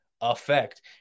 effect